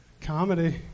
Comedy